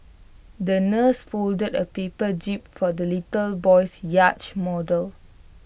the nurse folded A paper jib for the little boy's yacht model